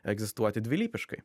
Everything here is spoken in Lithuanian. egzistuoti dvilypiškai